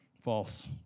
False